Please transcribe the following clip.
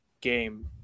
game